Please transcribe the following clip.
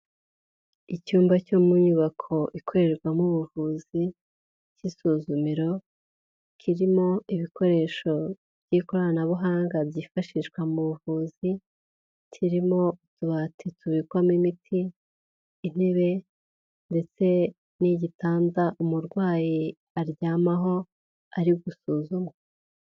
Icyumba cyo mu nyubako ikorerwamo ubuvuzi cy'isuzumiro, kirimo ibikoresho by'ikoranabuhanga byifashishwa mu buvuzi, kirimo utubati tubikwamo imiti, intebe ndetse n'igitanda umurwayi aryamaho ari gusuzumwa.